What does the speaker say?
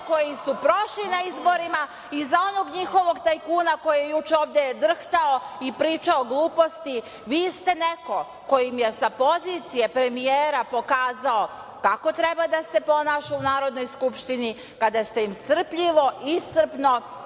koji su prošli na izborima i za onog njihovog tajkuna koji je juče ovde drhtao i pričao gluposti, vi ste neko koji im je sa pozicije premijera pokazao kako treba da se ponaša u Narodnoj skupštini, kada ste im strpljivo, iscrpno,